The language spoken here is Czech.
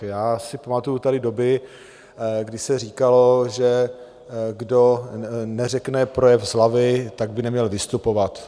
Já si pamatuji tady doby, kdy se říkalo, že kdo neřekne projev z hlavy, tak by neměl vystupovat.